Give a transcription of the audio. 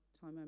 time